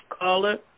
Caller